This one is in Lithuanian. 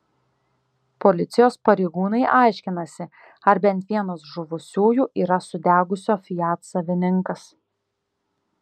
policijos pareigūnai aiškinasi ar bent vienas žuvusiųjų yra sudegusio fiat savininkas